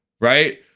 right